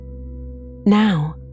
Now